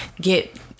Get